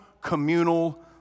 communal